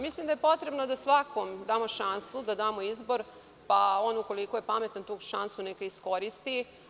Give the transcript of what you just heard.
Mislim da je potrebno da svakome damo šansu, da damo izbor, pa on ukoliko je pametan tu šansu neka iskoristi.